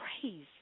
praise